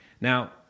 Now